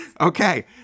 Okay